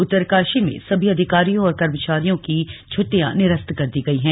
उत्तरकाशी में सभी अधिकारियों और कर्मचारियों की छुट्टियां निरस्त कर दी गई है